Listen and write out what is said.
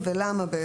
למה,